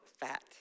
fat